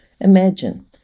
imagine